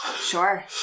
Sure